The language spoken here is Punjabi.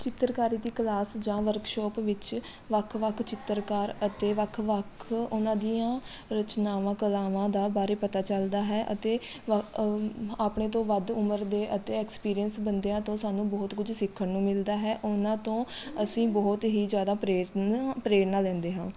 ਚਿੱਤਰਕਾਰੀ ਦੀ ਕਲਾਸ ਜਾਂ ਵਰਕਸ਼ੋਪ ਵਿੱਚ ਵੱਖ ਵੱਖ ਚਿੱਤਰਕਾਰ ਅਤੇ ਵੱਖ ਵੱਖ ਉਹਨਾਂ ਦੀਆਂ ਰਚਨਾਵਾਂ ਕਲਾਵਾਂ ਦਾ ਬਾਰੇ ਪਤਾ ਚੱਲਦਾ ਹੈ ਅਤੇ ਵੱਖ ਆਪਣੇ ਤੋਂ ਵੱਧ ਉਮਰ ਦੇ ਅਤੇ ਐਕਸਪੀਰੀਅੰਸ ਬੰਦਿਆਂ ਤੋਂ ਸਾਨੂੰ ਬਹੁਤ ਕੁਝ ਸਿੱਖਣ ਨੂੰ ਮਿਲਦਾ ਹੈ ਉਹਨਾਂ ਤੋਂ ਅਸੀਂ ਬਹੁਤ ਹੀ ਜ਼ਿਆਦਾ ਪ੍ਰੇਰਨ ਪ੍ਰੇਰਨਾ ਲੈਂਦੇ ਹਾਂ